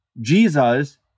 Jesus